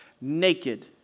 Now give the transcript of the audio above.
naked